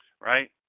Right